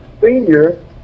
senior